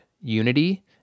unity